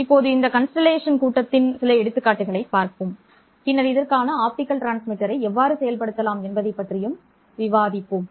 இப்போது இந்த விண்மீன் கூட்டத்தின் சில எடுத்துக்காட்டுகளைப் பார்ப்போம் பின்னர் இதற்கான ஆப்டிகல் டிரான்ஸ்மிட்டரை எவ்வாறு செயல்படுத்தலாம் என்பதைப் பற்றி விவாதிப்போம்